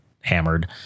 hammered